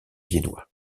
viennois